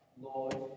Lord